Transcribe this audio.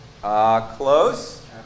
Close